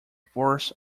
force